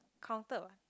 counted what